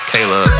Kayla